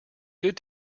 good